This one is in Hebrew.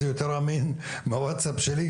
זה יותר אמין מהווטסאפ שלי,